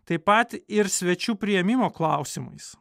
taip pat ir svečių priėmimo klausimais